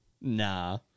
nah